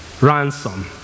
ransom